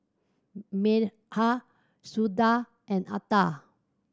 Medha Sundar and Atal